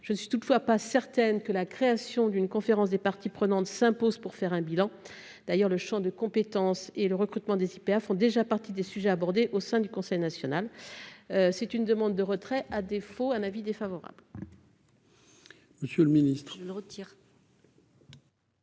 je ne suis toutefois pas certaine que la création d'une conférence des parties prenantes s'impose pour faire un bilan d'ailleurs le Champ de compétences et le recrutement des IPA font déjà partie des sujets abordés au sein du Conseil national, c'est une demande de retrait, à défaut, un avis défavorable.